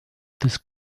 this